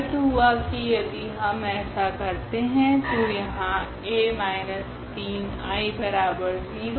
अर्थ हुआ की यदि हम ऐसा करते है तो यहाँ 0